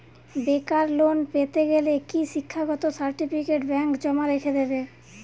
বেকার লোন পেতে গেলে কি শিক্ষাগত সার্টিফিকেট ব্যাঙ্ক জমা রেখে দেবে?